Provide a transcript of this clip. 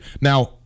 Now